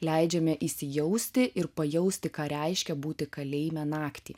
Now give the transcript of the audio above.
leidžiame įsijausti ir pajausti ką reiškia būti kalėjime naktį